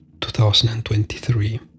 2023